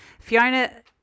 fiona